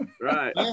Right